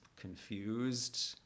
confused